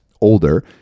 older